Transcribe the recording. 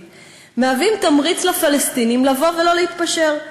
מהוות תמריץ לפלסטינים לבוא ולא להתפשר.